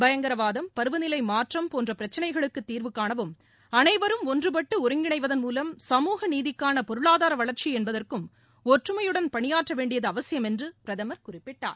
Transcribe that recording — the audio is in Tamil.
பயங்கரவாதம் பருவநிலை மாற்றம் போன்ற பிரச்சனைகளுக்கு தீர்வு காணவும் அனைவரும் ஒன்றுபட்டு ஒருங்கிணைவதன் மூலம் சமூக நீதிக்கான பொருளாதார வளர்ச்சி என்பதற்கும ஒற்றுமையுடன் பணியாற்ற வேண்டியது அவசியமென்று பிரதமர் குறிப்பிட்டார்